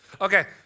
Okay